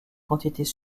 quantités